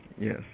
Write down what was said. yes